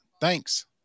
Thanks